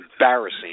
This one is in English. embarrassing